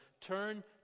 Turn